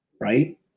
right